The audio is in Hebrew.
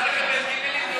אפשר לקבל גימ"לים,